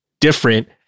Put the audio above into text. different